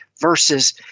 versus